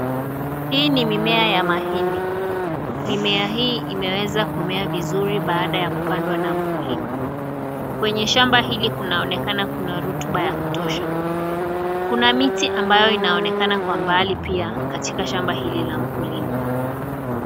Hii ni mimea ya mahindi mimea hii imeweza kumea vizuri baada ya kupandwa na mkulima, kwenye shamba hili kunaonekana kuna rotuba ya kutosha, kuna miti ambayo inaonekana kwa umbali pia katika shamba hili la mkulima.